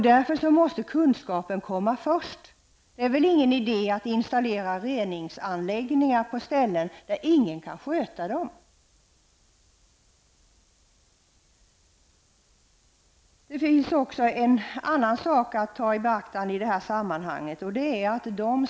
Därför måste kunskapen komma först. Det är väl ingen idé att installera reningsanläggningar på ställen där det inte finns någon som kan sköta dessa anläggningar. Så till en annan sak som bör beaktas i det här sammanhanget.